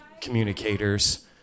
communicators